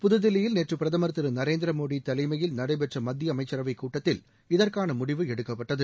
புதுதில்லியில் நேற்று பிரதமர் திரு நரேந்திர மோடி தலைமையில் நடைபெற்ற மத்திய அமைச்சரவைக் கூட்டத்தில் இதற்கான முடிவு எடுக்கப்பட்டது